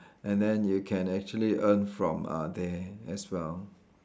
and then you can actually earn form uh there as well